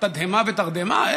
תדהמה ותרדמה?